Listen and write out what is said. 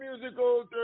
musical